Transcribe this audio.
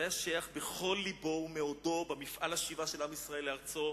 שהיה שייך בכל לבו ומאודו למפעל השיבה של עם ישראל לארצו.